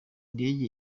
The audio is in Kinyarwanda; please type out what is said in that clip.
ndege